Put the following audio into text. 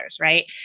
right